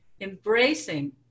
embracing